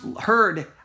heard